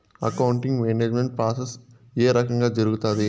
accounting management process ఏ రకంగా జరుగుతాది